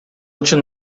үчүн